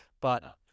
but-